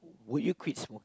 would you quit smoke